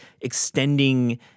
extending